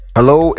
Hello